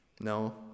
No